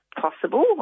possible